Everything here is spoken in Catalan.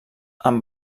amb